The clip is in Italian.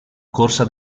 corsa